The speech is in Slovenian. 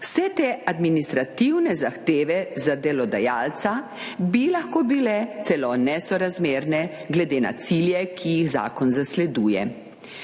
Vse te administrativne zahteve za delodajalca bi lahko bile celo nesorazmerne glede na cilje, ki jih zakon zasleduje.